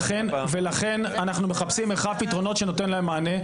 ולכן אנחנו מחפשים פתרון שייתן להם מענה.